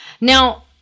Now